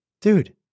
Dude